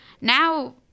now